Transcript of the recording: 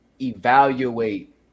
evaluate